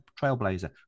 trailblazer